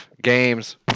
games